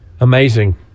Amazing